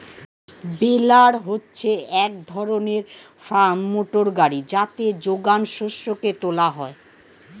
বেলার হচ্ছে এক ধরনের ফার্ম মোটর গাড়ি যাতে যোগান শস্যকে তোলা হয়